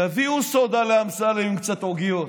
תביאו סודה לאמסלם עם קצת עוגיות.